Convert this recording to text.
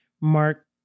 Mark